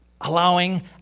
allowing